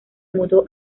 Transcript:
mudó